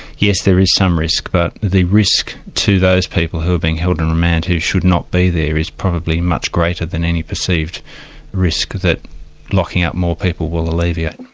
yes, there is some risk, but the risk to those people who are being held in remand who should not be there, is probably much greater than any perceived risk that locking up more people will alleviate.